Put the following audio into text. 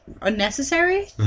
unnecessary